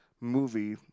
movie